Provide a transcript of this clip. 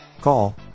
Call